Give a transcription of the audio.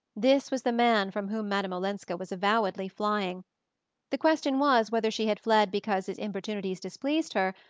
this was the man from whom madame olenska was avowedly flying the question was whether she had fled because his importunities displeased her,